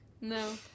No